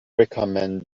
recommend